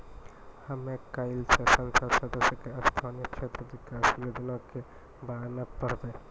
हमे काइल से संसद सदस्य के स्थानीय क्षेत्र विकास योजना के बारे मे पढ़बै